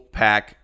pack